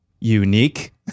unique